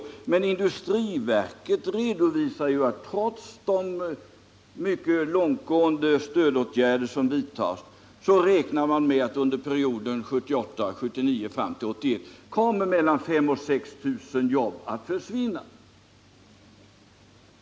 Ja visst, men industriverket redovisar att trots de mycket långtgående stödåtgärder som vidtas kommer under perioden 1978-1981 mellan 5 000 och 6 000 jobb att försvinna.